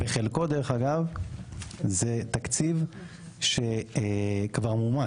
רוב התקציב הוא תקציב שכבר מחויב.